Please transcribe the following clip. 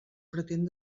pretén